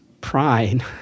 pride